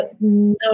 no